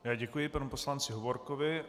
Já děkuji panu poslanci Hovorkovi.